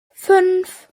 fünf